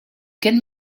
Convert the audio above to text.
can